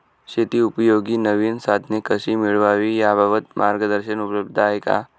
शेतीउपयोगी नवीन साधने कशी मिळवावी याबाबत मार्गदर्शन उपलब्ध आहे का?